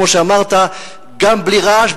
כמו שאמרת: בלי רעש,